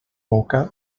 boca